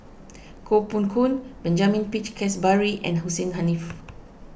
Koh Poh Koon Benjamin Peach Keasberry and Hussein Haniff